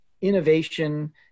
innovation